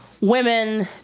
women